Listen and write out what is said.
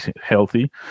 healthy